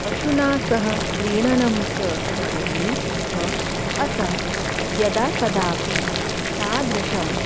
पशुना सह क्रीडनञ्च करोमि स्म अतः यदा कदापि तादृशं